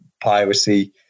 piracy